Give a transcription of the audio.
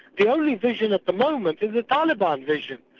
the only vision at the moment is the taliban vision,